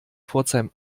pforzheim